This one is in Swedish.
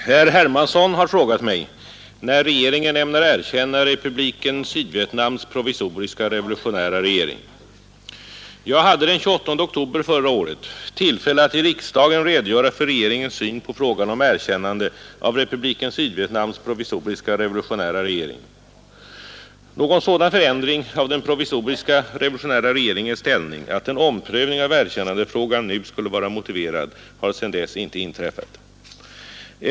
Herr talman! Herr Hermansson har frågat mig när regeringen ämnar erkänna Republiken Sydvietnams provisoriska revolutionära regering. Jag hade den 28 oktober förra året tillfälle att i riksdagen redogöra för regeringens syn på frågan om erkännande av Republiken Sydvietnams provisoriska revolutionära regering. Någon sådan förändring av den provisoriska revolutionära regeringens ställning att en omprövning av erkännandefrågan nu skulle vara motiverad har sedan dess inte inträffat.